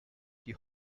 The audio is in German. die